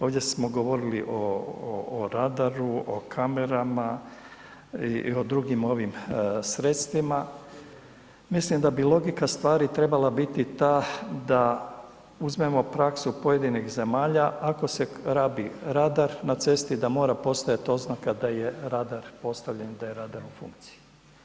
Ovdje smo govorili o radaru, o kamarama i o drugim ovim sredstvima, mislim da bi logika stvari trebala biti ta da uzmemo praksu pojedinih zemalja ako se rabi rada na cesti da mora postojati oznaka da je radar postavljen i da je radar u funkciji.